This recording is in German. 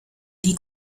die